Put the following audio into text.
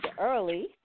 early